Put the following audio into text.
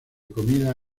comida